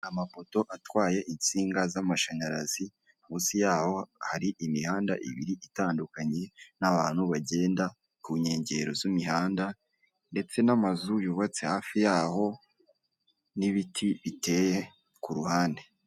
Amapoto atwaye insinga z'amashanyarazi, munsi yaho hari imihanda ibiri itandukanye n'abantu bagenda ku nkengero z'imihanda ndetse n'amazu yubatse hafi yaho n'ibiti biteye ku ruhande.